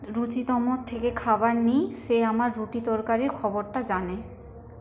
রুচিতমর থেকে খাবার নিই সে আমার রুটি তরকারির খবরটা জানে